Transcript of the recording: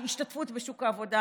השתתפות בשוק העבודה,